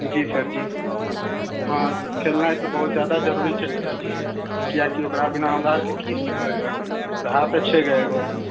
जी sir ji हँ खेलनाय तऽ बहुत जरूरी छै ने सर जी जी कियाकि ओकरा बिना हमरा अरके की सीखबै गऽ इएह तऽ छै ने एगो